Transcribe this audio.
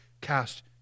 cast